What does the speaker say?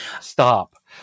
Stop